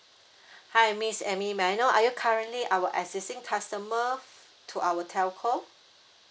hi miss amy may I know are you currently our existing customer to our telco